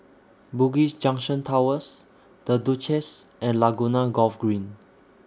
Bugis Junction Towers The Duchess and Laguna Golf Green